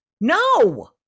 no